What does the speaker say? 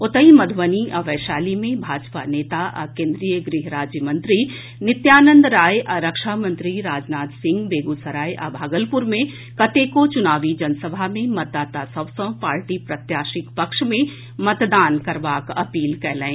ओतहि मधुबनी आ वैशाली मे भाजपा नेता आ केन्द्रीय गृह राज्य मंत्री नित्यानंद राय आ रक्षा मंत्री राजनाथ सिंह बेगूसराय आ भागलपुर मे केतेको चुनावी जनसभा मे मतदाता सभ सँ पार्टी प्रत्याशीक पक्ष मे मतदान करबाक अपील कयलनि